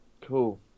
Cool